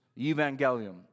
evangelium